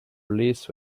release